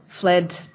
fled